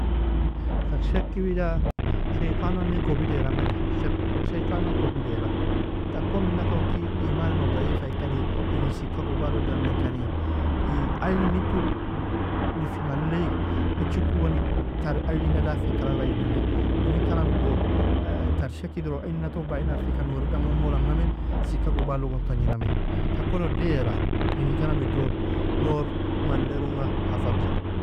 Tar شك wida sheytan'nani kobidera meni, sheytan'nan kobidera, takon minaton ki? Iiman'innon daiifaikani, iron sika gubalo damenkani, i ailinintul lifi mallei ichikugon tari aillina daffi'klagrainname, inin karamido tar shekig iron ailina ton baienanga frigkani, noridan gon molangh'ename, sikak gubalogon tagniname, takon odde'eara, inin karami do nor manlerunga hafadja